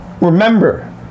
remember